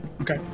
Okay